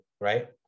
right